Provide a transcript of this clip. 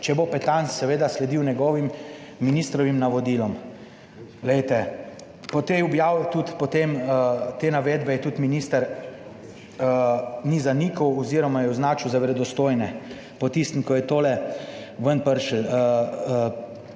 če bo Petan seveda sledil njegovim, ministrovim, navodilom. Glejte, po tej objavi - potem te navedbe tudi minister ni zanikal oziroma je označil za verodostojne, po tistem, ko je to ven prišlo.